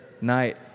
night